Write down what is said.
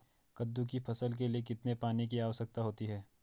कद्दू की फसल के लिए कितने पानी की आवश्यकता होती है?